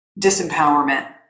disempowerment